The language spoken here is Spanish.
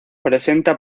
presenta